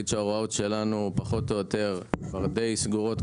שההוראות שלנו פחות או יותר כבר די סגורות,